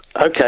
Okay